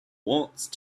once